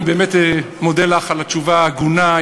אני באמת מודה לך על התשובה ההגונה,